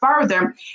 further